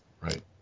Right